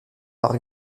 par